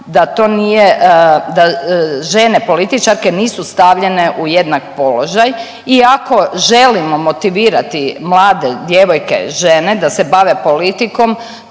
da žene političarke nisu stavljene u jednak položaj i ako želimo motivirati mlade djevojke, žene da se bave politikom